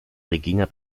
regina